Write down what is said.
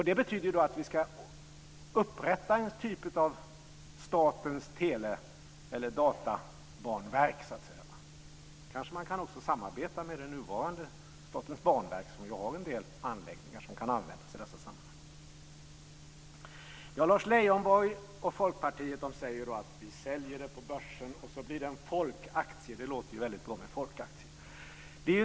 Det betyder att vi ska upprätta en typ av statens tele eller databanverk, så att säga. Då kanske man också kan samarbeta med det nuvarande Statens banverk, som ju har en del anläggningar som kan användas i dessa sammanhang. Lars Leijonborg och Folkpartiet säger att vi säljer det på börsen och så blir det en folkaktie. Det låter ju väldigt bra med en folkaktie.